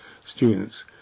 students